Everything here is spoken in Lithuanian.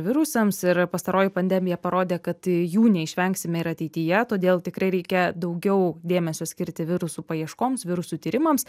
virusams ir pastaroji pandemija parodė kad jų neišvengsime ir ateityje todėl tikrai reikia daugiau dėmesio skirti virusų paieškoms virusų tyrimams